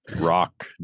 rock